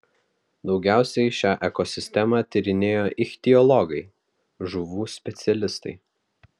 daugiausiai šią ekosistemą tyrinėjo ichtiologai žuvų specialistai